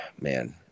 man